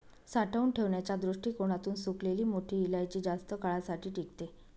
साठवून ठेवण्याच्या दृष्टीकोणातून सुकलेली मोठी इलायची जास्त काळासाठी टिकते